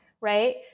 right